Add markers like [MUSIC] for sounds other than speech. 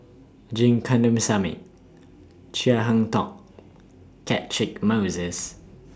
[UNINTELLIGIBLE] Kandasamy Chia [UNINTELLIGIBLE] Catchick Moses